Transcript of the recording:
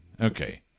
Okay